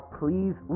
please